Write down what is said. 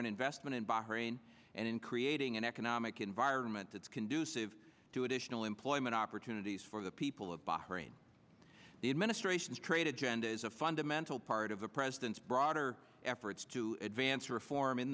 gn investment in bahrain and in creating an economic environment that's conducive to additional employment opportunities for the people of bahrain the administration's trade agenda is a fundamental part of the president's broader efforts to advance reform in